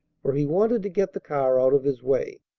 for he wanted to get the car out of his way.